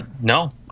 no